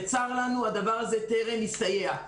צר לנו, הדבר הזה טרם הסתייע.